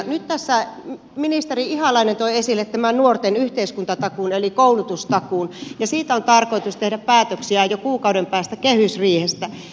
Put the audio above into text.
nyt tässä ministeri ihalainen toi esille tämän nuorten yhteiskuntatakuun eli koulutustakuun ja siitä on tarkoitus tehdä päätöksiä jo kuukauden päästä kehysriihessä